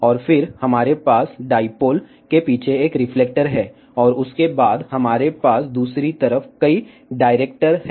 और फिर हमारे पास डाईपोल के पीछे एक रिफ्लेक्टर है और उसके बाद हमारे पास दूसरी तरफ कई डायरेक्टर हैं